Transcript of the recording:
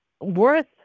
worth